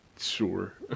sure